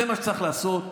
זה מה שצריך לעשות,